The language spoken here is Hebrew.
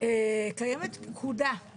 קיימת פקודה,